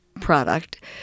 product